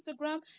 Instagram